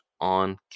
on